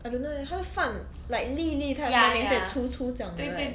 I don't know eh 他的饭 like 粒粒 type then 粗粗这样的 right